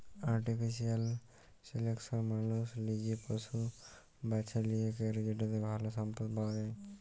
artificial selection মালুস লিজে পশু বাছে লিয়ে ক্যরে যেটতে ভাল সম্পদ পাউয়া যায়